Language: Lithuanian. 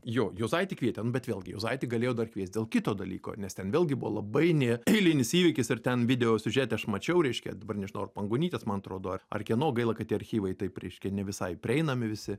jo juozaitį kvietė nu bet vėlgi juozaitį galėjo dar kviest dėl kito dalyko nes ten vėlgi buvo labai neeilinis įvykis ir ten video siužete aš mačiau reiškia dabar nežinau ar pangonytės man atrodo ar ar kieno gaila kad tie archyvai taip reiškia ne visai prieinami visi